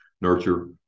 nurture